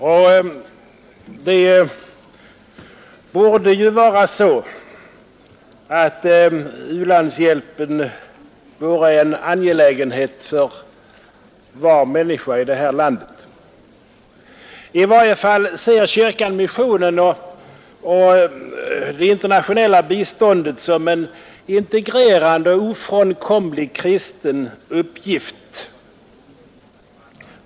Det borde vid det här laget vara så att u-landshjälpen vore en angelägenhet för var människa i det här landet. I varje fall ser kyrkan missionen och det internationella biståndet som en integrerande och ofrånkomlig kristen uppgift.